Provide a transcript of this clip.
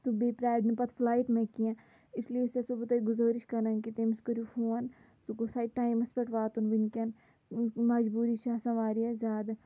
تہٕ بیٚیہِ پرٛار نہٕ پَتہٕ فُلایٹ مےٚ کیٚنٛہہ اِسلیے چھَسو بہٕ تۄہہِ گُذٲرِش کَران کہِ تٔمِس کٔرِو فون سُہ گوٚژھ ہے ٹایمَس پٮ۪ٹھ واتُن وُنکٮ۪ن مجبوٗری چھِ آسان واریاہ زیادٕ